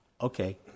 okay